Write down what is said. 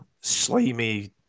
slimy